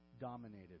dominated